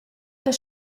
las